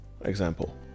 Example